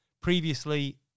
previously